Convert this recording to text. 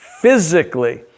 physically